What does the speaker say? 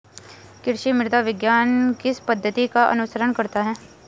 कृषि मृदा विज्ञान किस पद्धति का अनुसरण करता है?